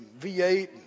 V8